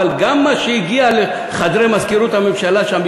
אבל גם מה שהגיע לחדרי מזכירות הממשלה שם,